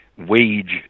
wage